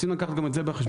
רוצים לקחת גם את זה בחשבון.